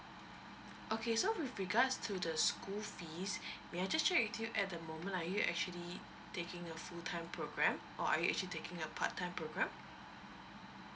okay so with regards to the school fees may I just check with you at the moment are you actually taking a full time program or are you actually taking a part time program